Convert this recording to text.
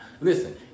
listen